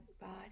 body